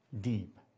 deep